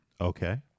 Okay